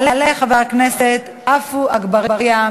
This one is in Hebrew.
יעלה חבר הכנסת עפו אגבאריה,